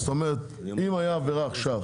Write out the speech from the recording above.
זאת אומרת אם הייתה עבירה עכשיו,